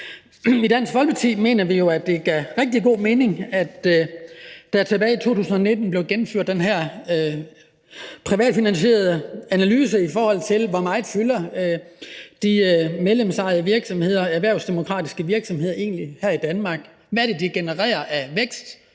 I Dansk Folkeparti mener vi jo, at det gav rigtig god mening, at der tilbage i 2019 blev gennemført den her privatfinansierede analyse af, hvor meget de medlemsejede, erhvervsdemokratiske virksomheder egentlig fylder her i Danmark, hvad de genererer af vækst,